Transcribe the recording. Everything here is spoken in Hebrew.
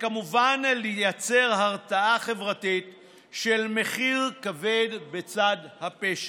וכמובן לייצר הרתעה חברתית של מחיר כבד בצד הפשע.